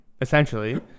essentially